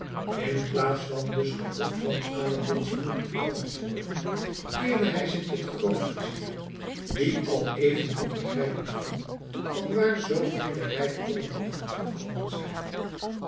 kon inplaats van dus den groet van aladdin's moeder te beantwoorden keerde hij zich tot den grootvizier die al evenmin begrijpen kon vanwaar zoo vele rijkdommen mochten gekomen zijn